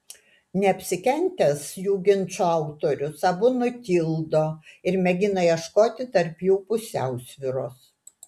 neapsikentęs jų ginčo autorius abu nutildo ir mėgina ieškoti tarp jų pusiausvyros